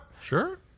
Sure